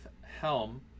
Helm